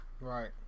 Right